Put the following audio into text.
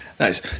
Nice